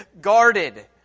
guarded